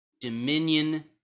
Dominion